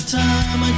time